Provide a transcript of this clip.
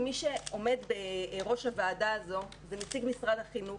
מי שעומד בראש הוועדה הזאת זה נציג משרד החינוך.